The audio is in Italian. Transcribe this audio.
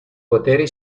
poteri